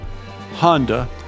Honda